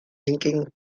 linking